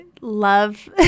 love